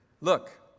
Look